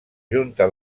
junta